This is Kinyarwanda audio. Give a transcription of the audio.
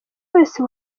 wese